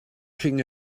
king